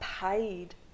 paid